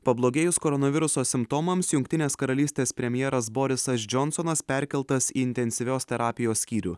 pablogėjus koronaviruso simptomams jungtinės karalystės premjeras borisas džonsonas perkeltas į intensyvios terapijos skyrių